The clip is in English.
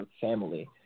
family